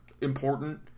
important